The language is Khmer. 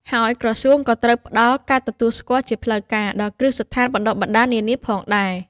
ហើយក្រសួងក៏ត្រូវផ្តល់ ការទទួលស្គាល់ជាផ្លូវការ ដល់គ្រឹះស្ថានបណ្តុះបណ្តាលនានាផងដែរ។